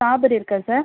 strawberry இருக்கா sir